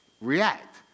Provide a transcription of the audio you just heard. react